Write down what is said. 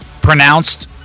Pronounced